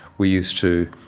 we used to,